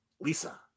Lisa